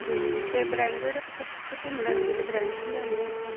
ਅਤੇ branded cup ਕਿੱਥੋਂ ਮਿਲਣਗੇ ਜੇ ਬ੍ਰੈਂਡਿਡ ਲੈਣੇ ਹੋਣ ਅਤੇ